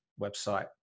website